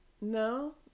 no